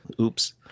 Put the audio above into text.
Oops